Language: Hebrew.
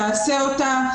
תעשה אותה,